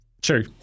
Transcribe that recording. True